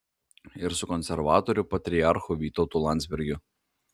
ir su konservatorių patriarchu vytautu landsbergiu